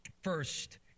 First